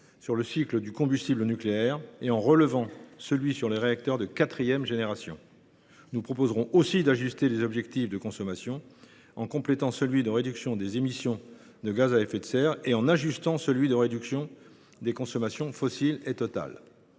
au cycle du combustible nucléaire et en relevant celui qui concerne les réacteurs de quatrième génération. Nous proposerons des ajustements sur la consommation, en complétant l’objectif de réduction des émissions de gaz à effet de serre et en ajustant celui de réduction des consommations fossiles et totales.